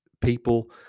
people